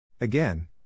Again